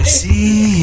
see